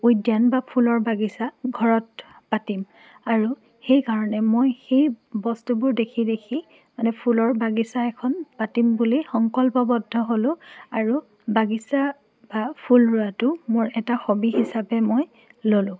উদ্যান বা ফুলৰ বাগিছা ঘৰত পাতিম আৰু সেইকাৰণে মই সেই বস্তুবোৰ দেখি দেখি মানে ফুলৰ বাগিচা এখন পাতিম বুলি সংকল্পবদ্ধ হ'লো আৰু বাগিচা বা ফুল ৰোৱাটো মোৰ এটা হবি হিচাপে মই ল'লোঁ